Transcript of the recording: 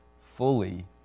fully